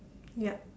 yup